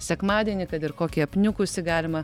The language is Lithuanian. sekmadienį kad ir kokį apniukusį galima